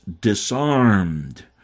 disarmed